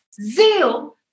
Zeal